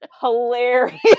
hilarious